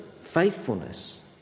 faithfulness